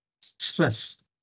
stress